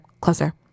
closer